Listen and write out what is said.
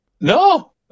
No